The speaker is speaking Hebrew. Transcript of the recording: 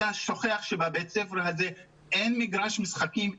אתה שוכח שבבית הספר הזה אין מגרש משחקים,